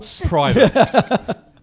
Private